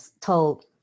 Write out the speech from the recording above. told